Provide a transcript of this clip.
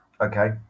Okay